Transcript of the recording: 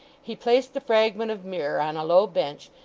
he placed the fragment of mirror on a low bench,